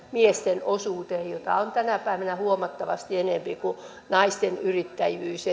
miesten osuuteen joka on tänä päivänä huomattavasti enempi kuin naisten yrittäjyys